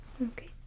Okay